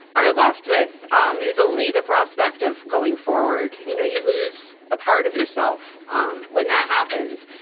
are left with um is only the prospect of going forward. you know you lose a part of yourself um when that happens,